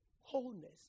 wholeness